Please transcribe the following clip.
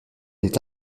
est